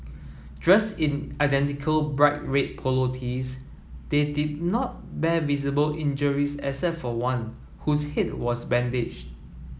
dressed in identical bright red polo tees they did not bear visible injuries except for one whose head was bandaged